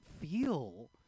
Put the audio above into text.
feel